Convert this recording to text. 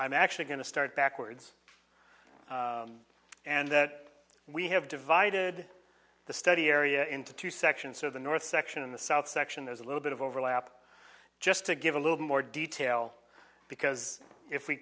i'm actually going to start backwards and that we have divided the study area into two sections so the north section in the south section has a little bit of overlap just to give a little more detail because if we